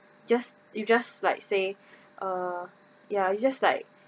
just you just like say uh ya you just like